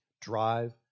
Drive